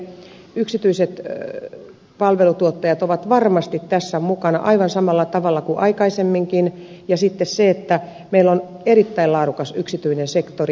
yksityiset palveluntuottajat ovat varmasti tässä mukana aivan samalla tavalla kuin aikaisemminkin koska meillä on erittäin laadukas yksityinen sektori